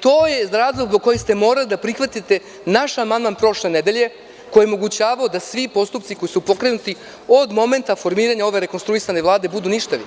To je razlog zbog kojeg ste morali da prihvatite naš amandman prošle nedelje koji je omogućavao da svi postupci koji su pokrenuti od momenta formiranja ove rekonstruisane Vlade budu ništavi